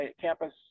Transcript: campus